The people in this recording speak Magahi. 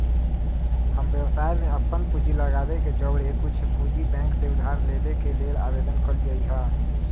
हम व्यवसाय में अप्पन पूंजी लगाबे के जौरेए कुछ पूंजी बैंक से उधार लेबे के लेल आवेदन कलियइ ह